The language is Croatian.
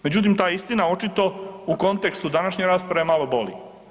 Međutim, ta istina očito u kontekstu današnje rasprave malo boli.